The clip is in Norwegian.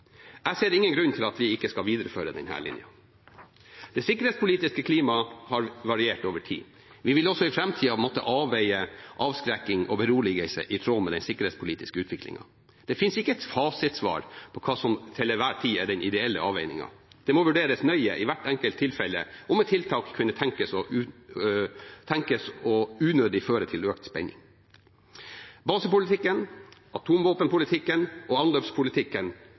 Jeg ser ingen grunn til at vi ikke skal videreføre denne linjen. Det sikkerhetspolitiske klimaet har variert over tid. Vi vil også i framtida måtte avveie avskrekking og beroligelse i tråd med den sikkerhetspolitiske utviklingen. Det finnes ikke et fasitsvar på hva som til enhver tid er den ideelle avveiningen. Det må vurderes nøye i hvert enkelt tilfelle om et tiltak unødig kan tenkes å føre til økt spenning. Basepolitikken, atomvåpenpolitikken og anløpspolitikken,